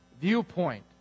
viewpoint